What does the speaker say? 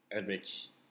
Average